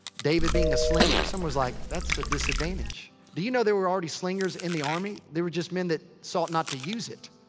david being a slinger. someone was like, that's a disadvantage. do you know there were already slingers in the army? they were just men that sought not to use it.